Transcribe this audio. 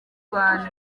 rwanda